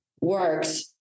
works